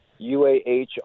UAH